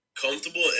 comfortable